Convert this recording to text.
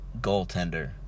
goaltender